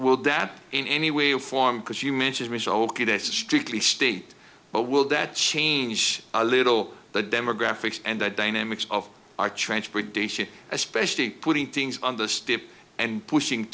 will that in any way or form because you mentioned mr olcott as a strictly state but will that change a little the demographics and the dynamics of our transportation especially putting things on the strip and pushing